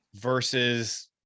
versus